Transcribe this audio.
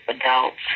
adults